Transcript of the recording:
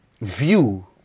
view